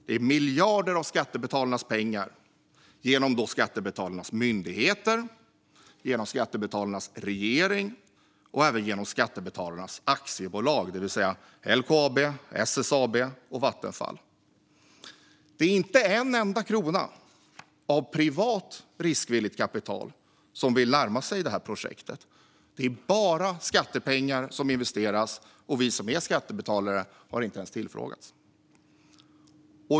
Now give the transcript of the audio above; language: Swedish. Det är miljarder av skattebetalarnas pengar som går genom skattebetalarnas myndigheter, genom skattebetalarnas regering och även genom skattebetalarnas aktiebolag, det vill säga LKAB, SSAB och Vattenfall. Det är inte en enda krona av privat riskvilligt kapital som vill närma sig projektet, utan det är bara skattepengar som investeras. Vi som är skattebetalare har inte ens tillfrågats.